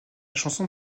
chanson